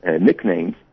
nicknames